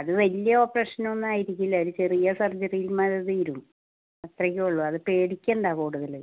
അത് വലിയ ഓപ്പറേഷനൊന്നും ആയിരിക്കില്ല ഒരു ചെറിയ സർജറി മേലെ തീരും അത്രയ്ക്കേ ഉള്ളൂ അത് പേടിക്കണ്ട കൂടുതൽ